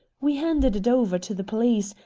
we handed it over to the police,